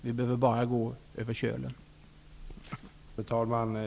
Vi behöver bara gå över Kölen för att få ett exempel.